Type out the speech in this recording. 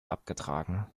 abgetragen